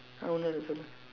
I want to listen